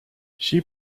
she